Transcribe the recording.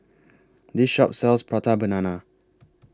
This Shop sells Prata Banana